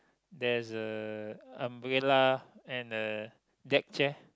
there's a umbrella and a deck chair